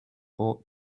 bought